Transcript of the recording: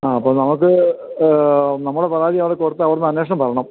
ആ അപ്പോൾ നമുക്ക് നമ്മൾ പരാതി അവിടെ കൊടുത്ത് അവിടുന്ന് അന്വേഷണം വരണം